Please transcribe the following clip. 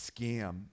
scam